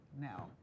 now